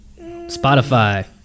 Spotify